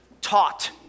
taught